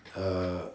err